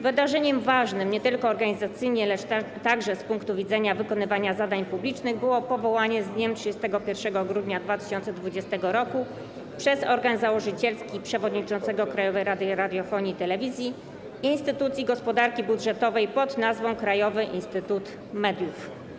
Wydarzeniem ważnym nie tylko organizacyjnie, lecz także z punktu widzenia wykonywania zadań publicznych było powołanie z dniem 31 grudnia 2020 r. przez organ założycielski przewodniczącego Krajowej Rady Radiofonii i Telewizji instytucji gospodarki budżetowej pod nazwą Krajowy Instytut Mediów.